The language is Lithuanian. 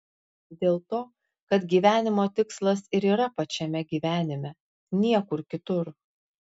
dėl to kad gyvenimo tikslas ir yra pačiame gyvenime niekur kitur